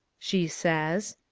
she says.